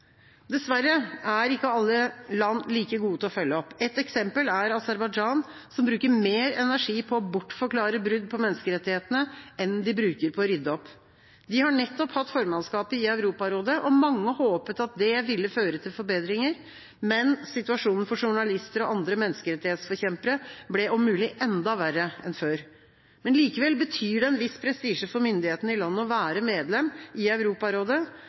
Dessverre er ikke alle land like gode til å følge opp. Ett eksempel er Aserbajdsjan, som bruker mer energi på å bortforklare brudd på menneskerettighetene enn de bruker på å rydde opp. De har nettopp hatt formannskapet i Europarådet, og mange håpet at det ville føre til forbedringer, men situasjonen for journalister og andre menneskerettighetsforkjempere ble om mulig enda verre enn før. Likevel betyr det en viss prestisje for myndighetene i landet å være medlem i Europarådet.